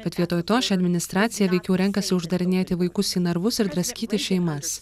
bet vietoj to ši administracija veikiau renkasi uždarinėti vaikus į narvus ir draskyti šeimas